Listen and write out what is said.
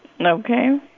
Okay